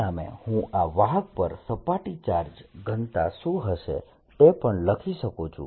પરિણામે હું આ વાહક પર સપાટી ચાર્જ ઘનતા શું હશે તે પણ લખી શકું છું